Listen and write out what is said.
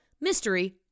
Mystery